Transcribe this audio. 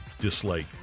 dislike